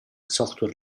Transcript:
software